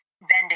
vending